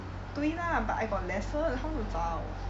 对啦 but I got lesson how to 早